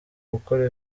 gukora